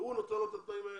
והוא נותן לו את התנאים האלה,